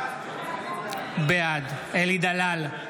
בעד אלי דלל,